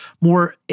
more